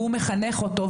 והוא מחנך אותו,